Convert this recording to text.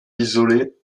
isolées